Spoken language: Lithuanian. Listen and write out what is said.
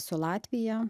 su latvija